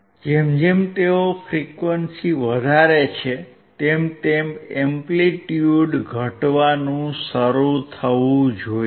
જેમ જેમ તેઓ ફ્રીક્વંસી વધારે છે તેમ તેમ એમ્પ્લિટ્યુડ ઘટવાનું શરૂ થવું જોઈએ